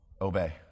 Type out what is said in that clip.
Obey